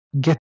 get